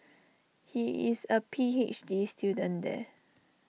he is A P H D student there